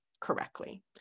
correctly